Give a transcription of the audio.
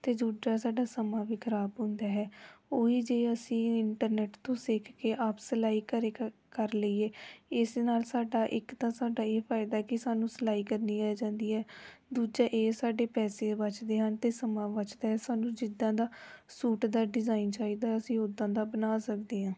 ਅਤੇ ਦੂਜਾ ਸਾਡਾ ਸਮਾਂ ਵੀ ਖਰਾਬ ਹੁੰਦਾ ਹੈ ਉਹ ਹੀ ਜੇ ਅਸੀਂ ਇੰਟਰਨੈੱਟ ਤੋਂ ਸਿੱਖ ਕੇ ਆਪ ਸਿਲਾਈ ਘਰ ਕ ਕਰ ਲਈਏ ਇਸ ਨਾਲ ਸਾਡਾ ਇੱਕ ਤਾਂ ਸਾਡਾ ਇਹ ਫਾਇਦਾ ਕੇ ਸਾਨੂੰ ਸਿਲਾਈ ਕਰਨੀ ਆ ਜਾਂਦੀ ਹੈ ਦੂਜਾ ਇਹ ਸਾਡੇ ਪੈਸੇ ਬਚਦੇ ਹਨ ਅਤੇ ਸਮਾਂ ਬਚਦਾ ਹੈ ਸਾਨੂੰ ਜਿੱਦਾਂ ਦਾ ਸੂਟ ਦਾ ਡਿਜ਼ਾਇਨ ਚਾਹੀਦਾ ਹੈ ਅਸੀਂ ਉੱਦਾਂ ਦਾ ਬਣਾ ਸਕਦੇ ਹਾਂ